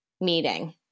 meeting